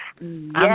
yes